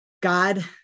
God